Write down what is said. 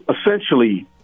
essentially